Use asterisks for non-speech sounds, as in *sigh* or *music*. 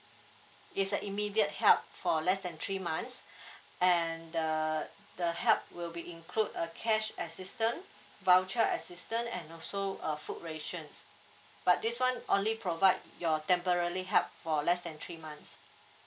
it's a immediate help for less than three months *breath* and the the help will be include a cash assistance voucher assistance and also a food rations but this one only provide your temporary help for less than three months